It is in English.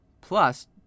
plus